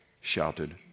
shouted